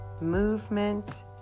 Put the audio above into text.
movement